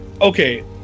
okay